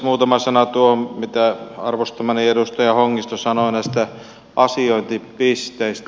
muutama sana tuohon mitä arvostamani edustaja hongisto sanoi näistä asiointipisteistä